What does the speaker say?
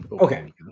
Okay